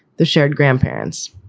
the shared grandparents.